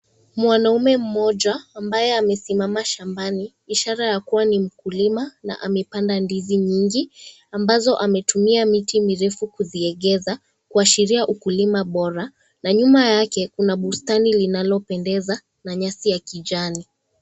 Mwanaume mmoja ambaye amesimama shambani ishara ya kuwa ni mkulima na amepanda ndizi nyingi, ambazo ametumia miti mirefu kuziengeza kuashiria ukulima bora na nyuma yake kuna bustani linalopendeza na nyasi ya kijani.